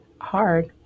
hard